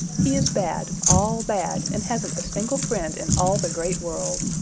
he is bad, all bad, and hasn't a single friend in all the great world.